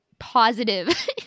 Positive